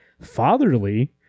fatherly